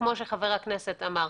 כמו שחבר הכנסת אמר,